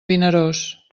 vinaròs